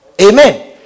Amen